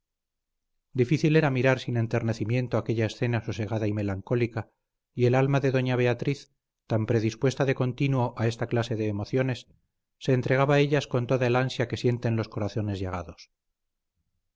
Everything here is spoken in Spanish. difícil era mirar sin enternecimiento aquella escena sosegada y melancólica y el alma de doña beatriz tan predispuesta de continuo a esta clase de emociones se entregaba a ellas con toda el ansia que sienten los corazones llagados